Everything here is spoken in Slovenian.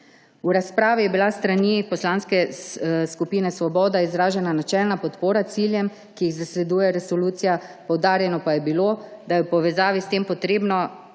V razpravi je bila s strani Poslanske skupine Svoboda izražena načelna podpora ciljem, ki jih zasleduje resolucija. Poudarjeno pa je bilo, da je v povezavi s tem potrebno